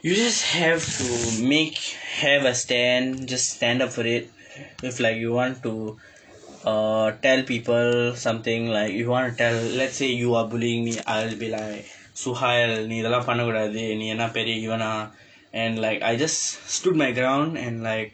you just have to make have a stand just stand up for it if like you want to uh tell people something like you want to tell let's say you are bullying me I'll be like suhail நீ இது எல்லாம் பண்ண கூடாது நீ எல்லாம் பெரிய இவனா:nii ithu ellaam panna kuudaathu nii ellaam periya ivanaa and like I just stood my ground and like